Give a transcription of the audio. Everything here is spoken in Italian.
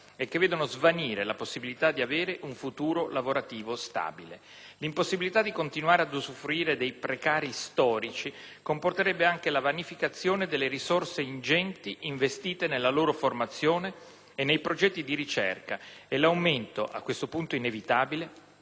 e che vedono svanire la possibilità di avere un futuro lavorativo stabile. L'impossibilità di continuare ad usufruire dei precari storici comporterebbe anche la vanificazione delle risorse ingenti investite nella loro formazione e nei progetti di ricerca e l'aumento, a questo punto inevitabile,